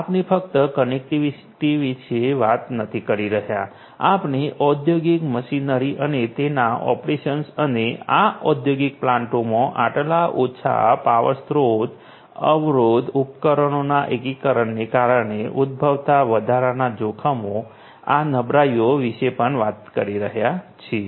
આપણે ફક્ત કનેક્ટિવિટી વિશે જ વાત નથી કરી રહ્યા આપણે ઔદ્યોગિક મશીનરી અને તેના ઓપરેશન્સ અને આ ઔદ્યોગિક પ્લાન્ટોમાં આટલા ઓછા પાવર સ્ત્રોત અવરોધ ઉપકરણોના એકીકરણને કારણે ઉદભવતા વધારાના જોખમો અથવા નબળાઈઓ વિશે પણ વાત કરી રહ્યા છીએ